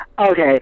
Okay